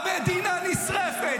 המדינה נשרפת.